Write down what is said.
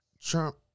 Trump